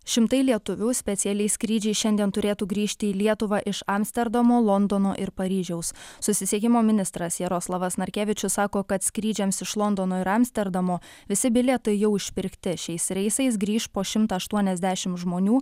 šimtai lietuvių specialiais skrydžiais šiandien turėtų grįžti į lietuvą iš amsterdamo londono ir paryžiaus susisiekimo ministras jaroslavas narkevičius sako kad skrydžiams iš londono ir amsterdamo visi bilietai jau išpirkti šiais reisais grįš po šimtą aštuoniasdešimt žmonių